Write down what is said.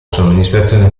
somministrazione